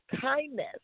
kindness